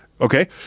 Okay